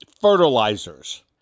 fertilizers